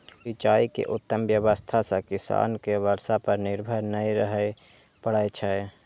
सिंचाइ के उत्तम व्यवस्था सं किसान कें बर्षा पर निर्भर नै रहय पड़ै छै